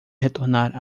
retornar